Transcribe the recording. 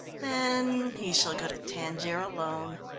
then he shall go to tangier alone.